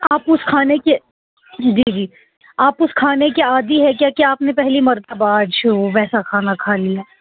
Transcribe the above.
آپ اس کھانے کے جی جی آپ اس کھانے کے عادی ہے کیا کیا آپ نے پہلی مرتبہ آج شروع ویسا کھانا کھا لیا